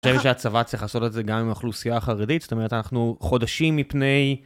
אני חושב שהצבא צריך לעשות את זה גם עם האוכלוסייה החרדית, זאת אומרת, אנחנו חודשים מפני...